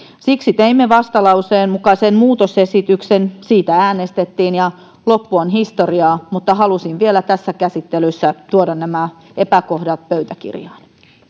siksi teimme vastalauseen mukaisen muutosesityksen siitä äänestettiin ja loppu on historiaa mutta halusin vielä tässä käsittelyssä tuoda nämä epäkohdat pöytäkirjaan